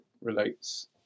relates